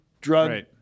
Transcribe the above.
drug